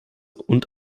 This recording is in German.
und